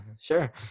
sure